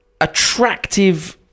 attractive